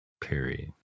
Period